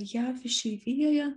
jav išeivijoje